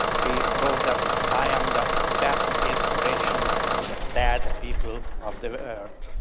he wrote that i am the best inspiration to the sad people of the earth.